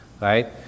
Right